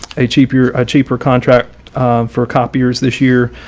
a cheaper, ah cheaper contract for copiers this year.